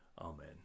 Amen